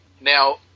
Now